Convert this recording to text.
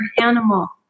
animal